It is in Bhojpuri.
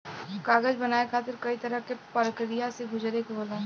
कागज बनाये खातिर कई तरह क परकिया से गुजरे के होला